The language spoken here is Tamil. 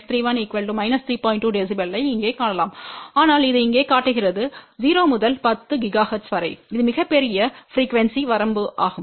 dB ஐ இங்கே காணலாம் ஆனால் இது இங்கே காட்டுகிறது 0 முதல் 10 ஜிகாஹெர்ட்ஸ் வரை இது மிகப் பெரிய ப்ரிக்யூவென்ஸி வரம்பாகும்